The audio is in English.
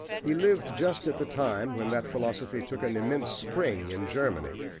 he lived just at the time when that philosophy took an immense spring in germany,